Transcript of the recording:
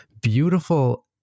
beautiful